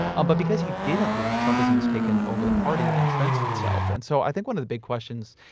um but because he didn't lose trumpism has taken over the party and entrenched itself. and so, i think one of the big questions,